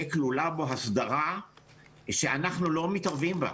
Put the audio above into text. כלולה בו הסדרה שאנחנו לא מתערבים בה.